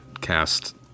cast